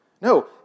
No